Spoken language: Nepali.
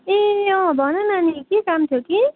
ए अँ भन नानी के काम थियो कि